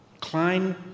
Klein